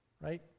right